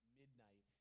midnight